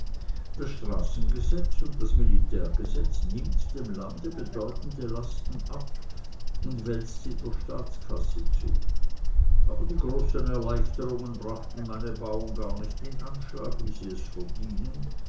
das straßengesetz und das militärgesetz nimmt dem lande bedeutende lasten ab und wälzt sie der staatskasse zu aber die großen erleichterungen brachten meine bauern gar nicht in anschlag wie sie es verdienen